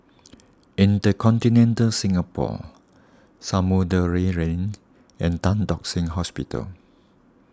Intercontinental Singapore Samudera Lane and Tan Tock Seng Hospital